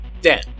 Dan